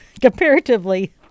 comparatively